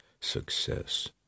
success